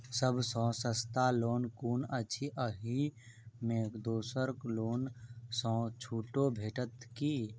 सब सँ सस्ता लोन कुन अछि अहि मे दोसर लोन सँ छुटो भेटत की?